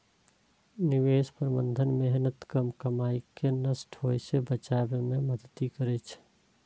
निवेश प्रबंधन मेहनतक कमाई कें नष्ट होइ सं बचबै मे मदति करै छै